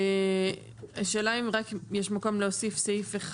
האם יש מקום להוסיף סעיף?